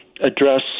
address